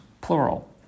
plural